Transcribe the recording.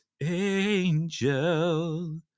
angel